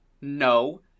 no